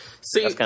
See